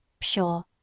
Sure